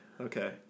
okay